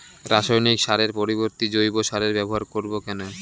রাসায়নিক সারের পরিবর্তে জৈব সারের ব্যবহার করব কেন?